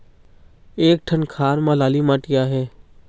एक ठन खार म लाली माटी आहे?